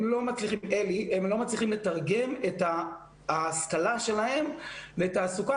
הם לא מצליחים לתרגם את ההשכלה שלהם לתעסוקה.